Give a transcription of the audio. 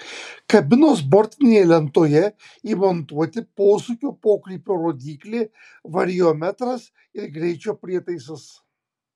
kabinos bortinėje lentoje įmontuoti posūkio pokrypio rodyklė variometras ir greičio prietaisas